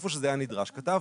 היכן שזה היה נדרש, כתבנו.